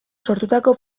sortutako